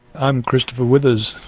i'm christopher withers,